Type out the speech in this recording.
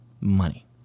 Money